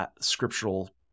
scriptural